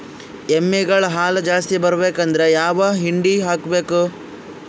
ಎಮ್ಮಿ ಗಳ ಹಾಲು ಜಾಸ್ತಿ ಬರಬೇಕಂದ್ರ ಯಾವ ಹಿಂಡಿ ಹಾಕಬೇಕು?